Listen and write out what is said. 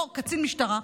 אותו קצין משטרה,